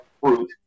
fruit